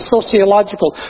sociological